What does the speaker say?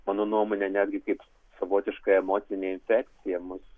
mano nuomone netgi kaip savotiška emocinė infekcija mus